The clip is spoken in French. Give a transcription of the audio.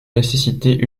nécessiter